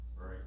Right